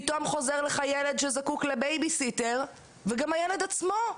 פתאום חוזר לך ילד שזקוק לבייביסיטר וגם הילד עצמו,